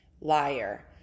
Liar